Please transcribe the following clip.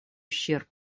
ущерб